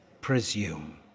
presume